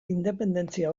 independentzia